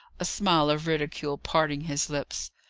a smile of ridicule parting his lips.